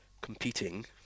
competing